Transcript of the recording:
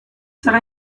zara